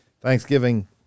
Thanksgiving